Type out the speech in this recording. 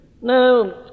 Now